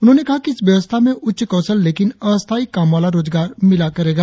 उन्होंने कहा कि इस व्यवस्था में उच्च कौशल लेकिन अस्थायी कामवाला रोजगार मिला करेगा